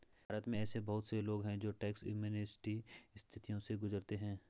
भारत में ऐसे बहुत से लोग हैं जो टैक्स एमनेस्टी स्थितियों से गुजरते हैं